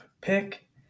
pick